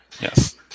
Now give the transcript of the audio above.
Yes